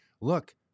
look